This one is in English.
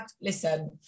listen